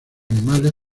animales